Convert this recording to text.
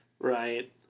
Right